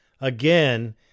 again